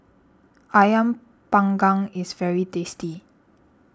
Ayam Panggang is very tasty